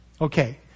Okay